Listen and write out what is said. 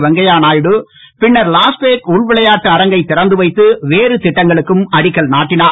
வெங்கையநாயுடு பின்னர் லாஸ்பேட் உள்விளையாட்டு அரங்கை திறந்து வைத்து வேறு திட்டங்களுக்கும் அடிக்கல் நாட்டினார்